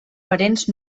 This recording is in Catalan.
parents